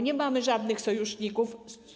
Nie mamy żadnych sojuszników.